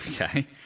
Okay